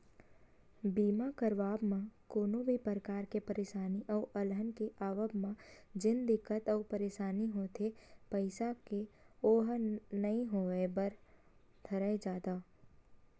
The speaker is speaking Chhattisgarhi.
बीमा करवाब म कोनो भी परकार के परसानी अउ अलहन के आवब म जेन दिक्कत अउ परसानी होथे पइसा के ओहा नइ होय बर धरय जादा